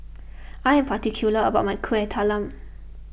I am particular about my Kueh Talam